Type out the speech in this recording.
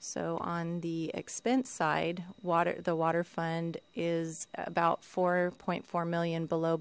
so on the expense side water the water fund is about four point four million below